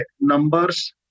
numbers